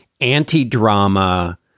anti-drama